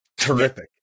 terrific